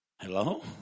Hello